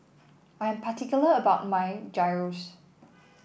I am particular about my Gyros